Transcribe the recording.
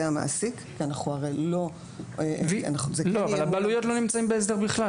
המעסיק --- אבל הבעלויות לא נמצאות בהסדר בכלל.